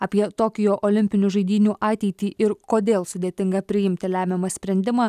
apie tokijo olimpinių žaidynių ateitį ir kodėl sudėtinga priimti lemiamą sprendimą